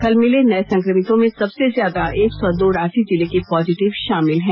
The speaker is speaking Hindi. कल मिले नए संक्रमितों में सबसे ज्यादा एक सौ दो रांची जिले के पॉजिटिव शामिल हैं